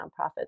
nonprofits